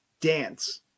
dance